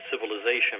civilization